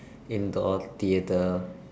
indoor theatre